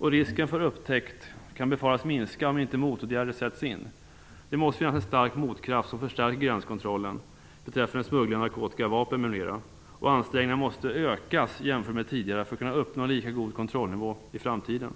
Risken för upptäckt kan befaras minska om inte motåtgärder sätts in. Det måste finnas en stark motkraft som förstärker gränskontrollen beträffande smuggling av narkotika, vapen m.m. Ansträngningarna måste ökas jämfört med tidigare för att man skall kunna uppnå en lika god kontrollnivå i framtiden.